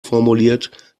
formuliert